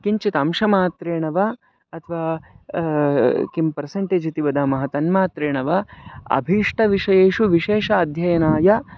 किञ्चित् अंशमात्रेण वा अथवा किं पर्सन्टेज् इति वदामः तन्मात्रेण वा अभीष्ट विषयेषु विशेषः अध्ययनाय